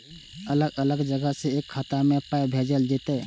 अलग अलग जगह से एक खाता मे पाय भैजल जेततै?